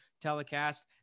telecast